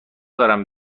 دارم